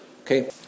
Okay